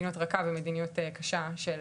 מדיניות רכה ומדיניות קשה של